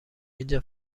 اینجا